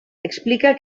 explica